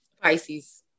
Pisces